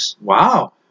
Wow